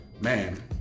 man